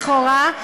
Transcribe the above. לכאורה,